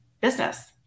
business